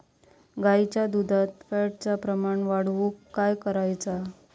गाईच्या दुधात फॅटचा प्रमाण वाढवुक काय करायचा?